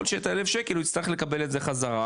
להיות שאת ה-1,000 שקל הוא יצטרך לקבל את זה חזרה